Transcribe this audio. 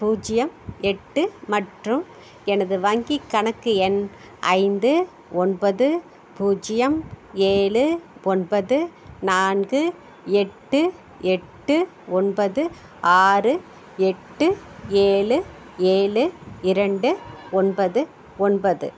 பூஜ்யம் எட்டு மற்றும் எனது வங்கிக் கணக்கு எண் ஐந்து ஒன்பது பூஜ்யம் ஏழு ஒன்பது நான்கு எட்டு எட்டு ஒன்பது ஆறு எட்டு ஏழு ஏழு இரண்டு ஒன்பது ஒன்பது